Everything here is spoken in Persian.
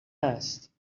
است